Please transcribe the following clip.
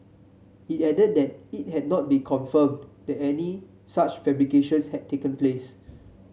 it added that it had not be confirmed that any such fabrications had taken place